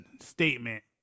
statement